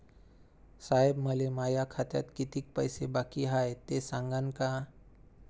साहेब, मले माया खात्यात कितीक पैसे बाकी हाय, ते सांगान का?